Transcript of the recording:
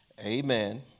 Amen